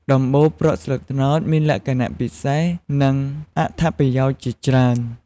ដំបូលប្រក់ស្លឹកត្នោតមានលក្ខណៈពិសេស និងអត្ថប្រយោជន៍ជាច្រើន។